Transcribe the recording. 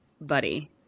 Buddy